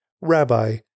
Rabbi